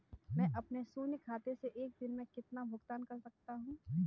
मैं अपने शून्य खाते से एक दिन में कितना भुगतान कर सकता हूँ?